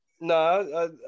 No